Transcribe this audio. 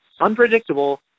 unpredictable